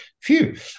phew